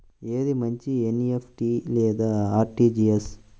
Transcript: ఏది మంచి ఎన్.ఈ.ఎఫ్.టీ లేదా అర్.టీ.జీ.ఎస్?